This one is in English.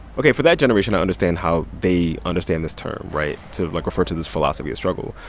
ok. for that generation, i understand how they understand this term right? to, like, refer to this philosophy of struggle.